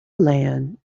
land